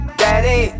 daddy